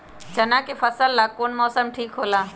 चाना के फसल ला कौन मौसम ठीक होला?